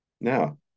now